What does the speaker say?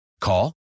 Call